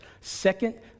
Second